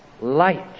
light